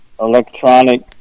electronic